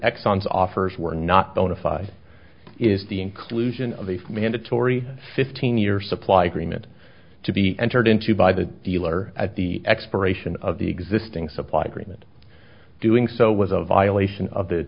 exxon's offers were not bona fide is the inclusion of a mandatory fifteen year supply agreement to be entered into by the dealer at the expiration of the existing supply agreement doing so was a violation of the